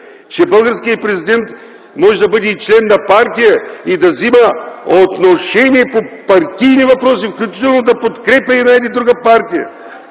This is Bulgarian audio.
че българският президент може да бъде член на партия и да взема отношение по партийни въпроси, включително да подкрепя една или друга партия.